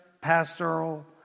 pastoral